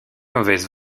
mauvaise